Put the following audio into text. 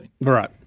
right